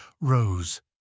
rose